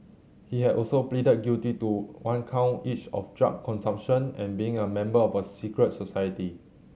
he has also pleaded guilty to one count each of drug consumption and being a member of a secret society